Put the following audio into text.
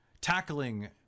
Tackling